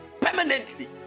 permanently